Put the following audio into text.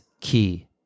key